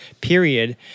Period